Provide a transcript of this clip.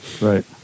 Right